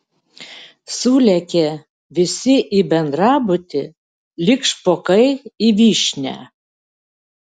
sulėkė visi į bendrabutį lyg špokai į vyšnią